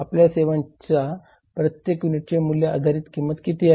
आपल्या सेवांच्या प्रत्येक युनिटची मूल्य आधारित किंमत किती आहे